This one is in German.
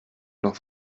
noch